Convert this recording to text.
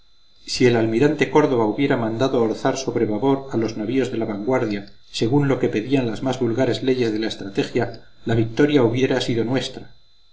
mesa si el almirante córdova hubiera mandado orzar sobre babor a los navíos de la vanguardia según lo que pedían las más vulgares leyes de la estrategia la victoria hubiera sido nuestra